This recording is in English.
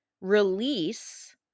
release